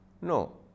No